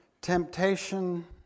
temptation